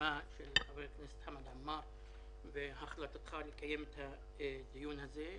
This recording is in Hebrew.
היוזמה של חבר הכנסת חמד עמאר ועל החלטתך לקיים את הדיון הזה,